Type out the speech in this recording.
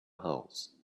house